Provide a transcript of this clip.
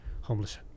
homeless